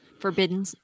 forbidden